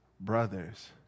brothers